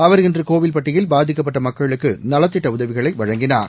அவர் இன்று கோவில்பட்டியில் பாதிக்கப்பட்ட மக்களுக்கு நலத்திட்ட உதவிகளை வழங்கினார்